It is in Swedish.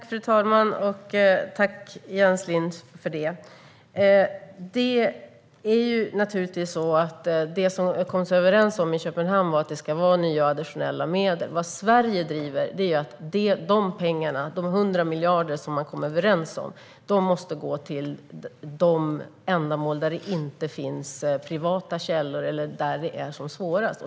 Fru talman! Tack, Jens Holm! I Köpenhamn kom man överens om att det ska vara nya och additionella medel. Vad Sverige driver är att de 100 miljarder som man kom överens om måste gå till de ändamål där det inte finns privata källor eller där det är som svårast.